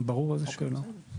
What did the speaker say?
ברור, איזו שאלה.